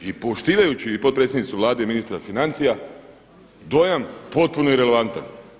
I poštivajući i potpredsjednicu Vlade i ministra financija dojam je potpuno irelevantan.